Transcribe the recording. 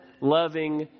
loving